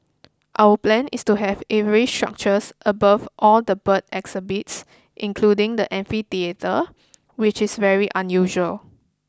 our plan is to have aviary structures above all the bird exhibits including the amphitheatre which is very unusual